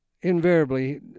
invariably